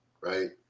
right